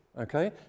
Okay